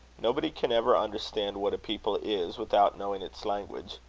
nobody can ever understand what a people is, without knowing its language.